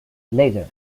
later